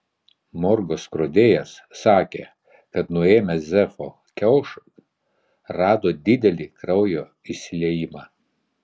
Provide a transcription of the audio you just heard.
morgo skrodėjas sakė kad nuėmęs zefo kiaušą rado didelį kraujo išsiliejimą